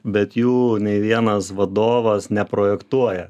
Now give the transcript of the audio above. bet jų nei vienas vadovas neprojektuoja